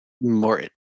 more